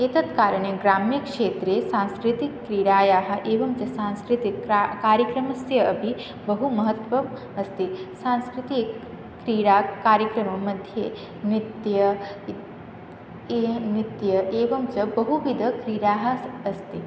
एतत् कारणे ग्राम्यक्षेत्रे सांस्कृतिकक्रीडायाः एवं च सांस्कृतिककार्यक्रमस्य अपि बहु महत्वम् अस्ति सांस्कृतिकक्रीडाकार्यक्रममध्ये नृत्यम् इ ई नृत्यम् एवं च बहुविध क्रीडाः स् अस्ति